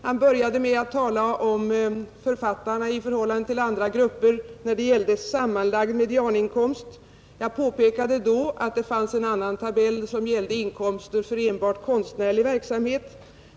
Han började med att tala om författarna i förhållande till andra grupper när det gällde sammanlagd medianinkomst. Jag påpekade då att det fanns en annan tabell över medianinkomst enbart av konstnärlig verksamhet.